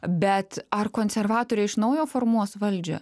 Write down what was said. bet ar konservatoriai iš naujo formuos valdžią